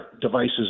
devices